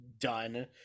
done